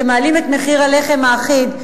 שמעלים את מחיר הלחם האחיד,